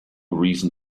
reason